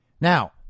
Now